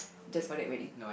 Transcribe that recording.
just for that wedding